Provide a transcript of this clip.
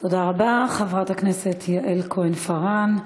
תודה רבה, חברת הכנסת יעל כהן-פארן.